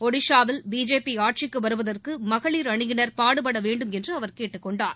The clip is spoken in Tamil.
ஒடிசாவில் மீண்டும் பிஜேபி ஆட்சிக்கு வருவதற்கு மகளிர் அணியினர் பாடுபட வேண்டும் என்று அவர் கேட்டுக் கொண்டார்